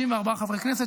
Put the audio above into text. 64 חברי כנסת,